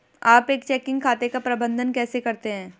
आप एक चेकिंग खाते का प्रबंधन कैसे करते हैं?